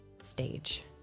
stage